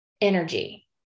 Energy